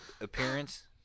appearance